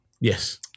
Yes